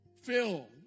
fill